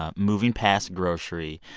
ah moving past grocery,